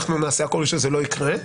אנחנו נעשה הכל שזה לא יקרה,